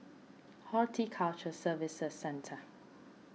Horticulture Services Centre